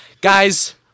Guys